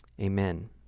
amen